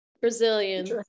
brazilian